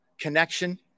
connection